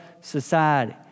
society